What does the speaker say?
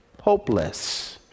hopeless